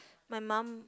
my mum